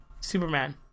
Superman